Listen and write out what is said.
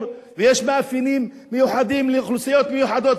ויש מאפיינים מיוחדים לאוכלוסיות מיוחדות,